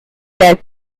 death